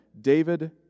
David